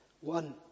One